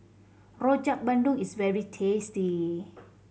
Rojak Bandung is very tasty